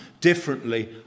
differently